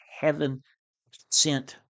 heaven-sent